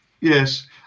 Yes